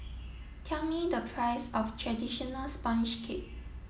tell me the price of traditional sponge cake